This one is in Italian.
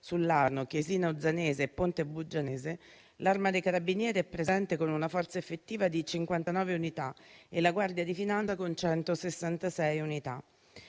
sull'Arno, Chiesina Uzzanese e Ponte Buggianese - l'Arma dei carabinieri è presente con una forza effettiva di 59 unità e la Guardia di finanza con 166 unità.